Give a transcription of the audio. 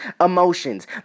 emotions